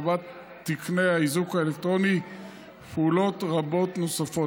הרחבת תקני האיזוק האלקטרוני ופעולות רבות נוספות.